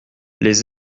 les